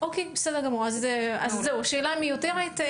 אוקיי, בסדר גמור, אז השאלה מיותרת.